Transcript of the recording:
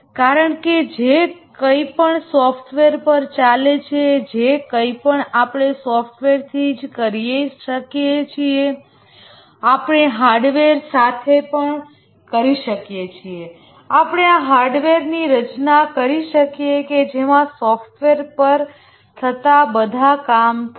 કારણ કે જે કંઈપણ સોફ્ટવેર પર ચાલે છે જે કંઈપણ આપણે સોફ્ટવેરથી કરી શકીએ છીએ આપણે હાર્ડવેર સાથે પણ કરી શકીએ છીએ આપણે એવા હાર્ડવેર ની રચના કરી શકીએ કે જેમાં સોફ્ટવેર પર થતા બધા કામ થાય